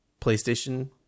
playstation